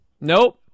Nope